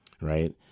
right